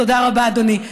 תודה רבה, אדוני.